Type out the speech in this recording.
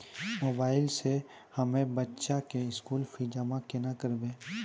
Mobile से हम्मय बच्चा के स्कूल फीस जमा केना करबै?